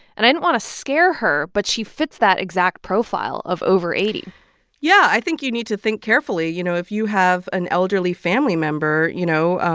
and i didn't want to scare her, but she fits that exact profile of over eighty point yeah. i think you need to think carefully. you know, if you have an elderly family member, you know,